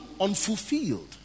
unfulfilled